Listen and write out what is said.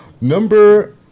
Number